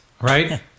right